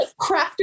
crafters